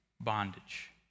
bondage